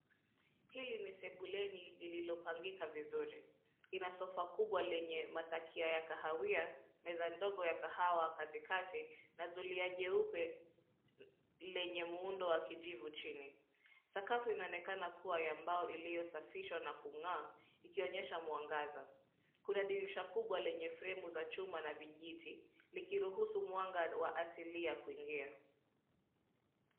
Hili ni sebuleni lililopangika vizuri. Ina sofa kubwa lenye matakia ya kahawia, meza ndogo ya kahawa katikati, na zulia jeupe lenye muundo wa kijivu chini. Sakafu inaonekana kua ya mbao iliyosafishwa na kung'aa, ikionyesha mwangaza. Kuna dirisha kubwa lenye fremu za chuma na vijiti, likiruhusu mwanga wa asilia kuingia.